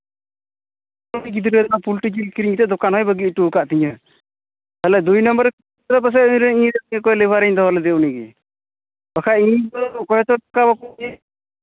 ᱟᱫᱚ ᱩᱱᱤ ᱜᱤᱫᱽᱨᱟᱹ ᱚᱱᱟ ᱯᱩᱞᱴᱤ ᱡᱤᱞ ᱠᱤᱨᱤᱧ ᱠᱟᱛᱮᱫ ᱫᱚᱠᱟᱱ ᱦᱚᱸᱭ ᱵᱟᱹᱜᱤ ᱦᱚᱴᱚ ᱠᱟᱜ ᱛᱤᱧᱟᱹ ᱛᱟᱦᱞᱮ ᱫᱩᱭ ᱱᱟᱢᱵᱟᱨ ᱨᱮ ᱞᱮᱵᱟᱨᱤᱧ ᱫᱚᱦᱚ ᱞᱮᱫᱮ ᱩᱱᱤᱜᱮ ᱵᱟᱠᱷᱟᱱ ᱤᱧᱫᱚ ᱚᱠᱚᱭ ᱦᱚᱸᱛᱚ ᱵᱟᱠᱚ ᱤᱢᱟᱹᱧᱟ